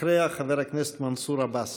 אחריה, חבר הכנסת מנסור עבאס.